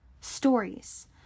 stories